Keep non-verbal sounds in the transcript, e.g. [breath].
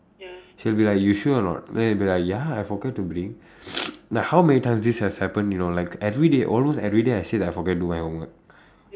she'll be like you sure or not then you'll be like ya I forgot to bring [breath] like how many times this has happened you know like everyday almost everyday I say that I forget do my homework